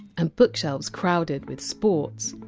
and bookshelves crowded with sports,